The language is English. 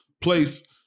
place